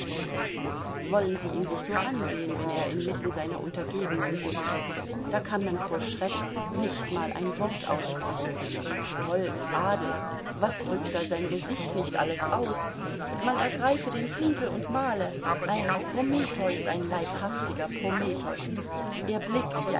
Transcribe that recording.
wollen sie ihn sich nur ansehen wenn er inmitten seiner untergebenen sitzt da kann man vor schreck nicht mal ein wort aussprechen stolz adel was drückt da sein gesicht nicht alles aus man ergreife den pinsel und male ein prometheus ein leibhaftiger prometheus er blickt